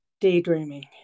daydreaming